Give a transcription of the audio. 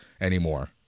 anymore